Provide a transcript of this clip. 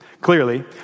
clearly